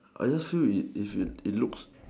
I just feel it it should it looks